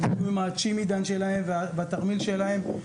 היו עם הצ'ימידן והתרמיל שלהם.